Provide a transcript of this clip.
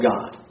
God